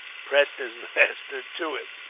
pressed his master to him.